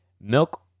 Milk